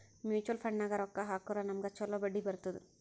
mutual ಫಂಡ್ನಾಗ್ ರೊಕ್ಕಾ ಹಾಕುರ್ ನಮ್ಗ್ ಛಲೋ ಬಡ್ಡಿ ಬರ್ತುದ್